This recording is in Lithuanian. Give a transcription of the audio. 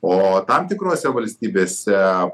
o tam tikrose valstybėse